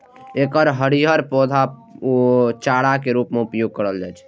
एकर हरियर पौधाक उपयोग चारा के रूप मे कैल जाइ छै